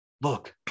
look